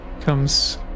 comes